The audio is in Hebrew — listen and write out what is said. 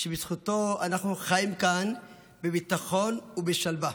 שבזכותו אנחנו חיים כאן בביטחון ובשלווה.